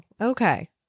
okay